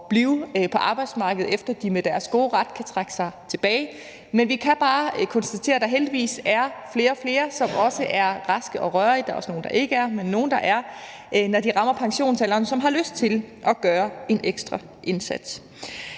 blive på arbejdsmarkedet, efter de med deres gode ret kan trække sig tilbage, men vi kan bare konstatere, at der heldigvis er flere og flere, som også er raske og rørige, men der er også nogle, der ikke er, men nogle er, når